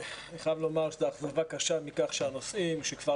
אני חייב לומר שזו אכזבה קשה מכך שהנושאים שכבר